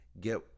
get